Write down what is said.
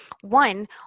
One